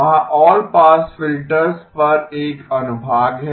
वहाँ all pass filters पर एक अनुभाग है